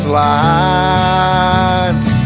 lights